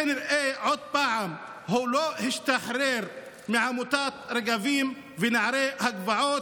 כנראה הוא עוד פעם לא השתחרר מעמותת רגבים ונערי הגבעות.